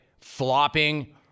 flopping